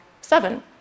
seven